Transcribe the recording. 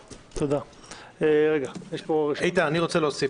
איתן, אני רוצה להוסיף